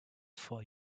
for